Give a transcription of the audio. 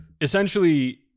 essentially